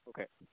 okay